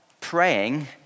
praying